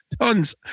tons